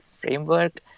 framework